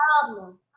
problem